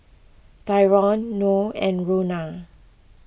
Tyrone Noe and Rhona